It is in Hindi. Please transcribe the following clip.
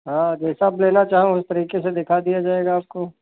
हाँ जैसा आप लेना चाहो उसी तरीके से दिखा दिया जाएगा आपको